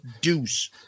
deuce